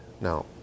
Now